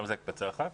שם זה הקפצה אחת?